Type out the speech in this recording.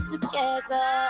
Together